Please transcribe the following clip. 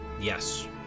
Yes